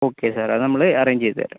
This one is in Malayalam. ഓക്കെ സാർ അത് നമ്മൾ അറേഞ്ച് ചെയ്തുതരാം